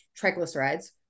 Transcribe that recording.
triglycerides